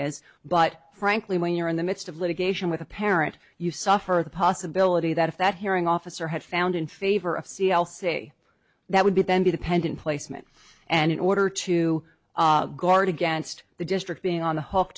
is but frankly when you're in the midst of litigation with a parent you suffer the possibility that if that hearing officer had found in favor of c l say that would be then dependent placement and in order to guard against the district being on the hook